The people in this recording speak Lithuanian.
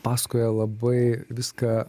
pasakoja labai viską